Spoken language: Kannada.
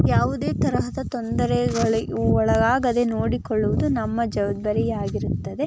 ಯಾವುದೇ ತರಹದ ತೊಂದರೆಗಳಿಗೆ ಒಳಗಾಗದೆ ನೋಡಿಕೊಳ್ಳುವುದು ನಮ್ಮ ಜವಾಬ್ದಾರಿಯಾಗಿರುತ್ತದೆ